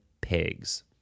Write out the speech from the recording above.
pigs